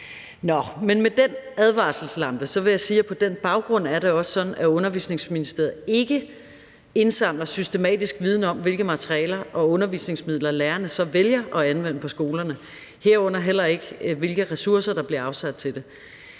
men med den advarselslampe tændt vil jeg sige, at på den baggrund er det også sådan, at Undervisningsministeriet ikke indsamler systematisk viden om, hvilke materialer og undervisningsmidler lærerne så vælger at anvende på skolerne, herunder heller ikke om, hvilke ressourcer der bliver afsat til det.